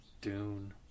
Dune